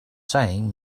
saying